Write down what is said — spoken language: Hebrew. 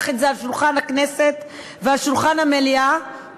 את זה על שולחן הכנסת ועל שולחן המליאה